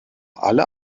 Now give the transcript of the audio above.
alle